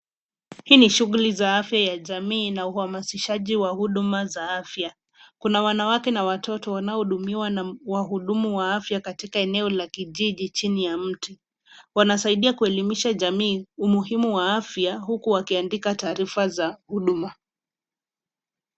Hii ni shughuli za afya ya jamii na uhamasishaji wa huduma za afya. Kuna wanawake na watoto wanaohudumiwa na wahudumu wa afya katika eneo la kijiji chini ya mti. Wanasaidia kuelimisha jamii umuhimu wa afya huku wakiandika taarifa za huduma.